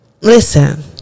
Listen